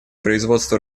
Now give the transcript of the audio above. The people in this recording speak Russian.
производства